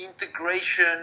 integration